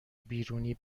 بیرونی